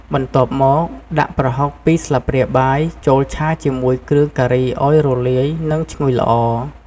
បន្ទាប់មក ដាក់ ប្រហុក ២ ស្លាបព្រាបាយ ចូលឆាជាមួយគ្រឿងការីឱ្យរលាយ និងឈ្ងុយល្អ។